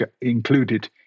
included